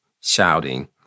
shouting